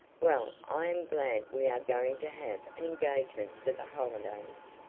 well, i am glad we are going to have an engagement for the holidays.